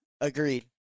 agreed